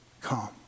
calm